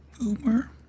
Boomer